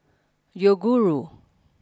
Yoguru